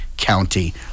county